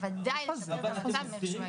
בוודאי לשפר את המצב מאיך שהוא היום,